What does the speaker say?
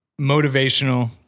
motivational